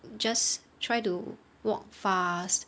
just try to walk fast